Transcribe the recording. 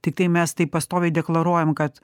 tiktai mes tai pastoviai deklaruojam kad